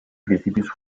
principios